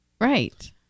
Right